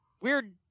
weird